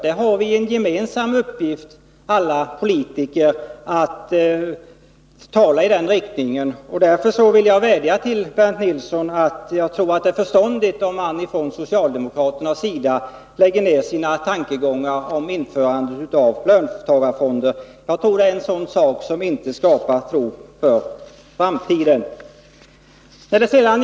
Alla politiker har en gemensam uppgift att tala i den riktningen, och därför vill jag säga till Bernt Nilsson att jag tror att det är förståndigt om man från socialdemokraternas sida släpper sina tankar på att införa löntagarfonder. Jag tror inte att de skapar någon tro på framtiden.